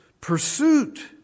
pursuit